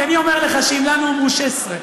כי אני אומר לך שאם לנו אמרו 16,